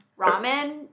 Ramen